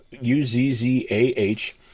U-Z-Z-A-H